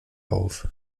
auf